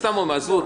מסתובב חופשי,